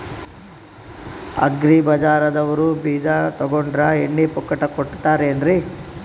Agri ಬಜಾರದವ್ರು ಬೀಜ ತೊಗೊಂಡ್ರ ಎಣ್ಣಿ ಪುಕ್ಕಟ ಕೋಡತಾರೆನ್ರಿ?